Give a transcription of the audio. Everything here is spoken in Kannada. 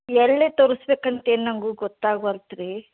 ಎಲ್ಲಿ ತೋರಿಸ್ಬೇಕು ಅಂತೇನು ನನಗೂ ಗೊತ್ತಾಗ್ವಲ್ತು ರೀ